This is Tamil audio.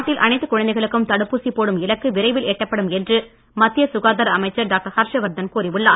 நாட்டில் அனைத்து குழந்தைகளுக்கும் தடுப்பூசி போடும் இலக்கு விரைவில் எட்டப்படும் என்று மத்திய சுகாதார அமைச்சர் டாக்டர் ஹர்ஷ் வர்தன் கூறியுள்ளார்